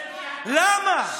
למה?